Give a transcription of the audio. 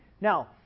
Now